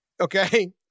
okay